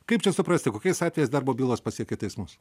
kaip čia suprasti kokiais atvejais darbo bylos pasiekia teismus